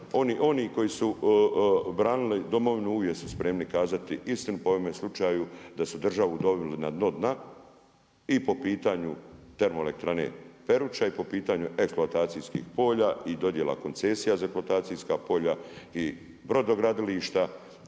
Oni koji su branili Domovinu uvijek su spremni kazati istinu pa u ovome slučaju da su državu doveli na dno dna i po pitanju termoelektrane Peruča i po pitanju eksploatacijskih polja i dodjela koncesija za eksploatacijska polja i brodogradilišta.